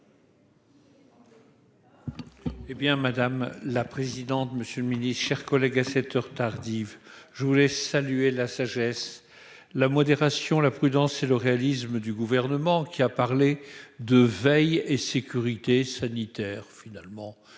madame la présidente, monsieur le Ministre, chers collègues, à cette heure tardive, je voulais saluer la sagesse, la modération, la prudence et le réalisme du gouvernement qui a parlé de veille et sécurité sanitaire, finalement,